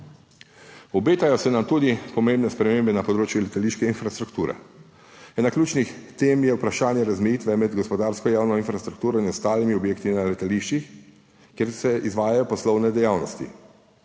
Obetajo se nam tudi pomembne spremembe na področju letališke infrastrukture. Ena ključnih tem je vprašanje razmejitve med gospodarsko javno infrastrukturo in ostalimi objekti na letališčih, kjer se izvajajo poslovne dejavnosti.